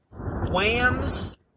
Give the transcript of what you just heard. Wham's